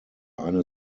eine